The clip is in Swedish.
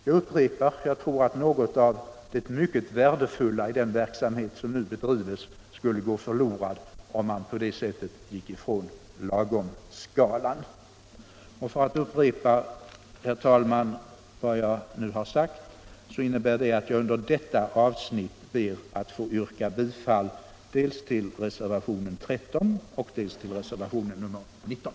Jag upprepar att jag tror att något av det mycket värdefulla i den verksamhet som nu bedrivs skulle gå förlorad om man på det sättet gick ifrån lagomskalan. Herr talman! Vad jag nu har sagt innebär att jag under detta avsnitt ber att få yrka bifall till reservationerna 13 och 19.